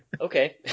Okay